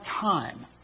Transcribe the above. time